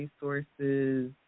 resources